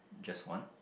just one